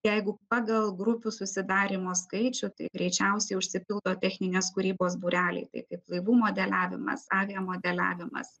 jeigu pagal grupių susidarymo skaičių tai greičiausiai užsipildo techninės kūrybos būreliai tai kaip laivų modeliavimas aviamodeliavimas